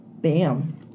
bam